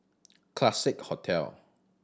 Classique Hotel